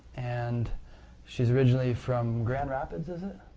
and she is originally from grand rapids, is it?